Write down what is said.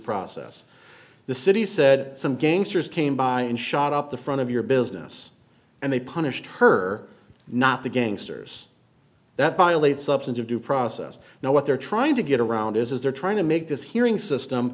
process the city said some gangsters came by and shot up the front of your business and they punished her not the gangsters that violate substantive due process you know what they're trying to get around is they're trying to make this hearing system